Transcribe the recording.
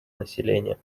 населения